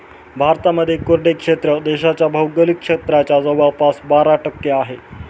भारतामध्ये कोरडे क्षेत्र देशाच्या भौगोलिक क्षेत्राच्या जवळपास बारा टक्के आहे